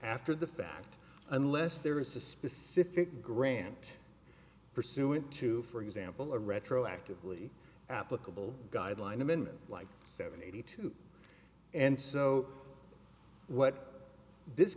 after the fact unless there is a specific grant pursuant to for example a retroactively applicable guideline amendment like seven eighty two and so what this